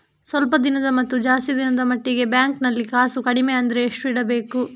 ಸ್ವಲ್ಪ ದಿನದ ಮತ್ತು ಜಾಸ್ತಿ ದಿನದ ಮಟ್ಟಿಗೆ ಬ್ಯಾಂಕ್ ನಲ್ಲಿ ಕಾಸು ಕಡಿಮೆ ಅಂದ್ರೆ ಎಷ್ಟು ಇಡಬೇಕು?